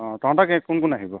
অঁ তহতঁৰ কেই কোন কোন আহিব